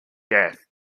death